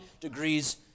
degrees